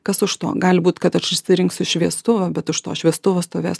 kas už to gali būt kad aš išsirinksiu šviestuvą bet už to šviestuvo stovės